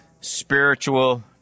spiritual